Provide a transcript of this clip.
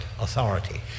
authority